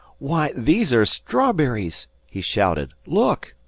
why, these are strawberries! he shouted. look!